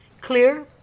Clear